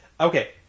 Okay